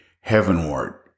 heavenward